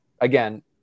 again